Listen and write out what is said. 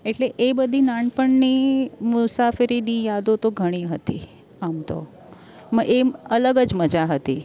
એટલે એ બધી નાનપણની મુસાફરીની યાદો તો ઘણી હતી આમ તો એમ અલગ જ મજા હતી